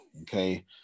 okay